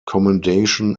commendation